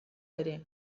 ere